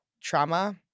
trauma